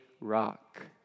rock